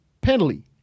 penalty